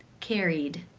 carried,